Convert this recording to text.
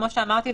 כמו שאמרתי,